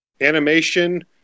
animation